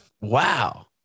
Wow